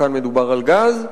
כאן מדובר על גז,